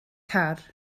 car